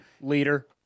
Leader